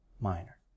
Minor